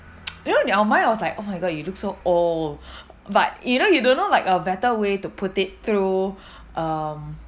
you know in our mind was like oh my god you look so old but you know you don't know like a better way to put it through um